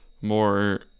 more